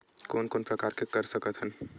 कोन कोन प्रकार के कर सकथ हन?